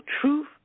truth